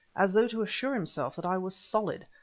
as though to assure himself that i was solid,